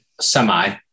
semi